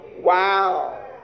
Wow